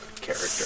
character